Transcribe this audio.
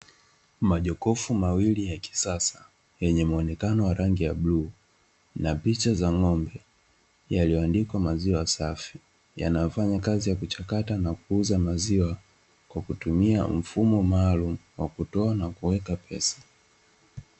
Majokofu mawili yakisasa yenye muonekano ya rangi ya bluu na picha za ng'ombe yaliandikwa maziwa safi yanayofanya kazi ya kuchakata maziwa kwa kutoa na kuweka pesa